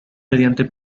mediante